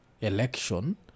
election